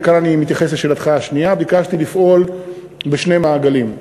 וכאן אני מתייחס לשאלתך השנייה לפעול בשני מעגלים.